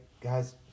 Guys